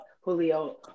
Julio